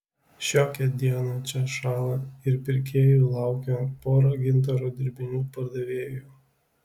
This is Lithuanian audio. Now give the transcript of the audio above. šiokią dieną čia šąla ir pirkėjų laukia pora gintaro dirbinių pardavėjų